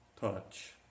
touch